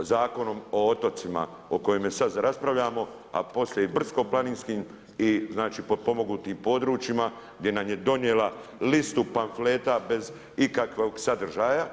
Zakonom o otocima o kojem sad raspravljamo, a poslije i brdsko-planinskim i znači potpomognutim područjima gdje nam je donijela listu pamfleta bez ikakvog sadržaja